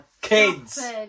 kids